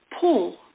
pull